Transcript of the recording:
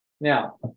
Now